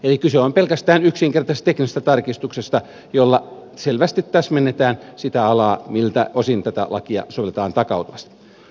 eli kyse on pelkästään yksinkertaisesta teknisestä tarkistuksesta jolla selvästi täsmennetään sitä alaa miltä osin tätä lakia sovelletaan takautuvasti